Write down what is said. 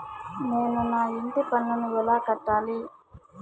నేను నా ఇంటి పన్నును ఎలా కట్టాలి?